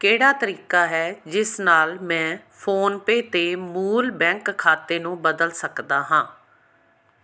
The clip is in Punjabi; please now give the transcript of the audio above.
ਕਿਹੜਾ ਤਰੀਕਾ ਹੈ ਜਿਸ ਨਾਲ ਮੈਂ ਫੋਨਪੇ 'ਤੇ ਮੂਲ ਬੈਂਕ ਖਾਤੇ ਨੂੰ ਬਦਲ ਸਕਦਾ ਹੈ